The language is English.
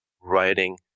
writing